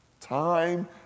Time